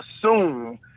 assume